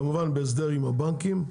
כמובן בהסדר עם הבנקים.